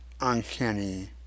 Uncanny